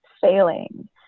failing